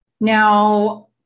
Now